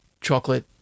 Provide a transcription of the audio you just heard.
chocolate